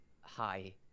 hi